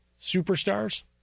superstars